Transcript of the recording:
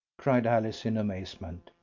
cried alice in amazement.